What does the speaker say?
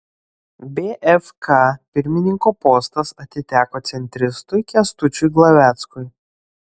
bfk pirmininko postas atiteko centristui kęstučiui glaveckui